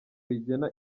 rigena